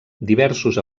diversos